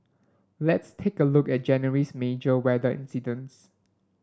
let's take a look at January's major weather incidents